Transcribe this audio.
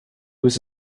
was